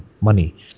money